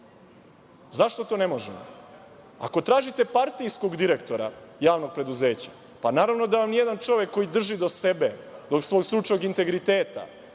Zašto to ne možemo? Ako tražite partijskog direktora javnog preduzeća, pa naravno da vam jedan čovek koji drži do sebe, do svog stručnog integriteta,